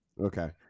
Okay